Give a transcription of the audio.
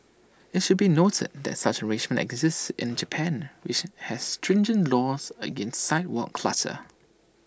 IT should be noted that such an arrangement exists in Japan which has stringent laws against sidewalk clutter